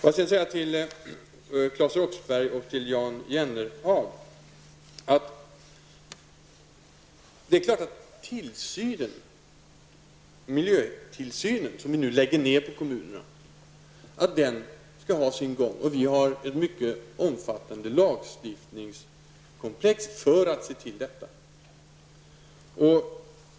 Jag vänder mig nu till Claes Roxbergh och Jan Jennehag. Det är klart att dencentraliseringen till kommunerna av miljötillsyn skall ha sin gång. Det finns ett mycket omfattande lagstiftningskomplex för att efterleva detta.